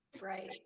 Right